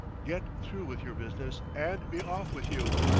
get through with your business and be off with you.